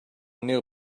new